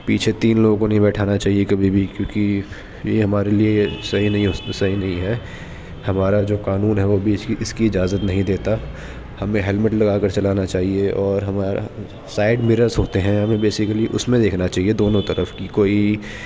پیچھے تین لوگوں کو نہیں بیٹھانا چاہیے کبھی بھی کیوںکہ یہ ہمارے لیے صحیح نہیں صحیح نہیں ہے ہمارا جو قانون ہے وہ بھی اس کی اجازت نہیں دیتا ہمیں ہیلمٹ لگا کر چلانا چاہیے اور ہمارا سائڈ مررس ہوتے ہیں ہمیں بیسیکلی اس میں دیکھنا چاہیے دونوں طرف کہ کوئی